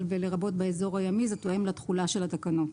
ולרבות באזור הימי תואם לתכולה של התקנות